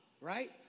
right